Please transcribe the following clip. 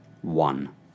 one